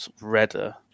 redder